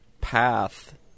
path